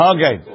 Okay